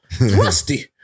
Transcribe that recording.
Rusty